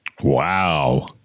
Wow